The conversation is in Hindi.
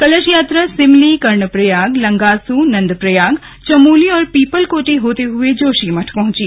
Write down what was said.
कलश यात्रा सिमली कर्णप्रयाग लंगासू नन्द प्रयाग चमोली और पीपलकोटी होते हुए जोशीमठ पंहची